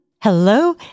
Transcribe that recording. hello